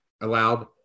allowed